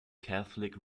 catholic